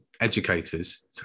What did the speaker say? educators